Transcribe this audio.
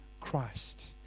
Christ